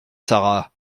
sara